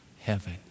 heaven